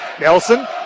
Nelson